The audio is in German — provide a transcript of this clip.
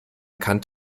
kant